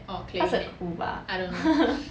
oh clarinet I don't know